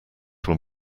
were